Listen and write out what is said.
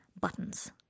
buttons